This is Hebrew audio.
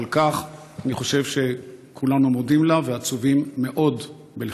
ועל כך אני חושב שכולנו מודים לה ועצובים מאוד בלכתה.